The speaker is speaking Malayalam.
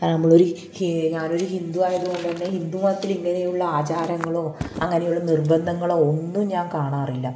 അത് നമ്മളൊരു ഞാനൊരു ഹിന്ദു ആയതുകൊണ്ടുതന്നെ ഹിന്ദു മതത്തിൽ ഇങ്ങനെയുള്ള ആചാരങ്ങളോ അങ്ങനെയുള്ള നിർബന്ധങ്ങളോ ഒന്നും ഞാൻ കാണാറില്ല